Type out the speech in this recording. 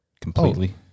completely